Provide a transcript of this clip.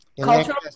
Cultural